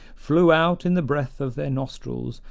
flew out in the breath of their nostrils,